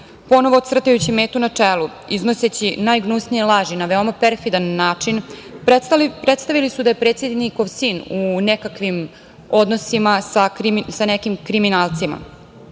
ponovo crtajući metu na čelu iznoseći najgnusnije laži na veoma perfidan način. Predstavili su da je predsednikov sin u nekakvim odnosima sa nekim kriminalcima.